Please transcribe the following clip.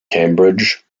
cambridge